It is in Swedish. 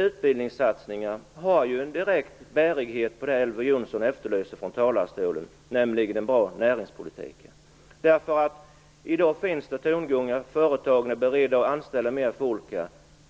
Utbildningssatsningar har ju en direkt bärighet på det som Elver Jonsson efterlyste från talarstolen, nämligen en bra näringspolitik. I dag hör vi att företagen är beredda att anställa mer folk,